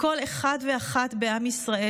מכל אחד ואחת מעם ישראל,